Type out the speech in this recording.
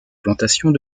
plantations